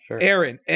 Aaron